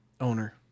owner